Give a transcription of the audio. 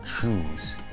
choose